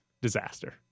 Disaster